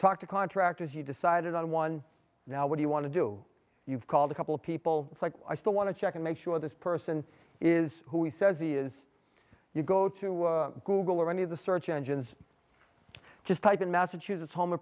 talk to contractors you decided on one now what you want to do you've called a couple of people like i still want to check and make sure this person is who he says he is you go to google or any of the search engines just type in massachusetts home